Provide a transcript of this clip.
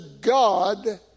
God